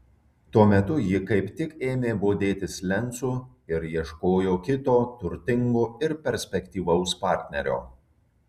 tuo metu ji kaip tik ėmė bodėtis lencu ir ieškojo kito turtingo ir perspektyvaus partnerio